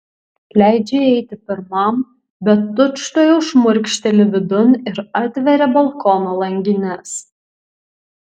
leidžia įeiti pirmam bet tučtuojau šmurkšteli vidun ir atveria balkono langines